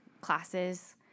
classes